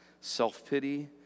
self-pity